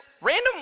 random